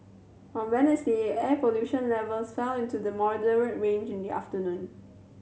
on Wednesday air pollution levels fell into the moderate range in the afternoon